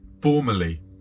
formally